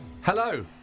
Hello